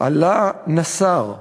עלאא נסאר,